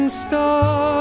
star